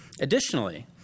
Additionally